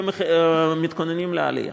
ומתכוננים לעלייה.